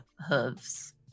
hooves